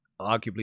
arguably